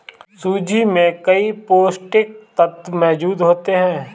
सूजी में कई पौष्टिक तत्त्व मौजूद होते हैं